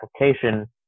application